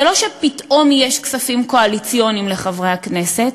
לא שפתאום יש כספים קואליציוניים לחברי הכנסת,